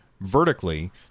vertically